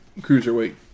cruiserweight